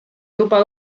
juba